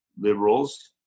liberals